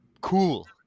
cool